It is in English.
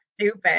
Stupid